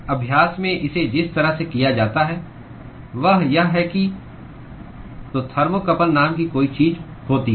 अभ्यास में इसे जिस तरह से किया जाता है वह यह है कि तो थर्मोकपल नाम की कोई चीज होती है